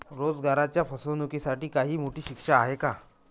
रोजगाराच्या फसवणुकीसाठी काही मोठी शिक्षा आहे का?